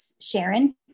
Sharon